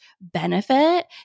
benefit